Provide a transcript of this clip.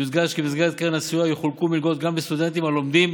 ויודגש כי במסגרת קרן הסיוע יחולקו מלגות גם לסטודנטים הלומדים